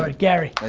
ah gary,